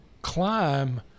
climb